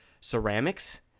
ceramics